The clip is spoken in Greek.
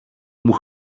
μου